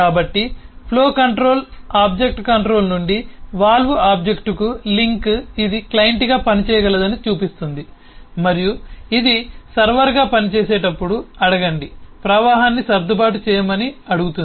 కాబట్టి flow control object నుండి valve ఆబ్జెక్ట్కు లింక్ ఇది క్లయింట్గా పనిచేయగలదని చూపిస్తుంది మరియు ఇది సర్వర్గా పనిచేసేటప్పుడు అడగండి ప్రవాహాన్ని సర్దుబాటు చేయమని అడుగుతుంది